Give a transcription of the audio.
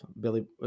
Billy